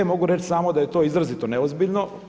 Mogu reći samo da je to izrazito neozbiljno.